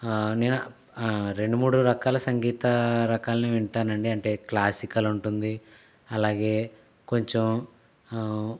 నేను రెండు మూడు రకాల సంగీత రకాలను వింటానండి అంటే క్లాసికల్ ఉంటుంది అలాగే కొంచెం